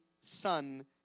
Son